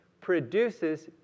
produces